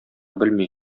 белми